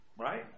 right